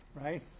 right